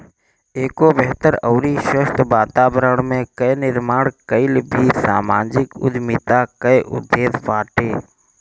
एगो बेहतर अउरी स्वस्थ्य वातावरण कअ निर्माण कईल भी समाजिक उद्यमिता कअ उद्देश्य बाटे